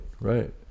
right